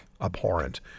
abhorrent